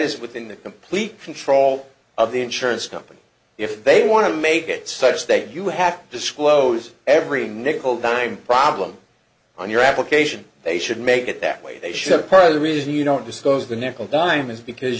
is within the complete control of the insurance company if they want to make it such that you have to disclose every nickel dime problem on your application they should make it that way they should part of the reason you don't disclose the nickel dime is because